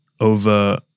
over